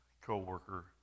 co-worker